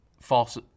False